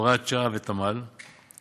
הוראת שעה, ותמ"ל,